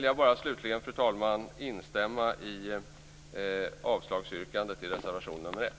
Jag vill slutligen, fru talman, bara instämma i avslagsyrkandet i reservation nr 1.